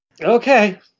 Okay